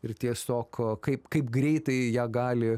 ir tiesiog kaip kaip greitai ją gali